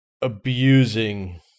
abusing